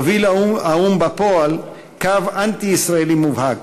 מוביל האו"ם בפועל קו אנטי-ישראלי מובהק,